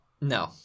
No